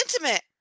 intimate